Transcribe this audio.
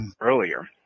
earlier